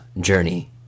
Journey